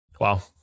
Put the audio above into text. Wow